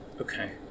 Okay